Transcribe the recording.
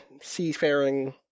seafaring